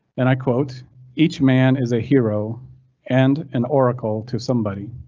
and i quote each man is a hero and an oracle to somebody.